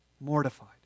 mortified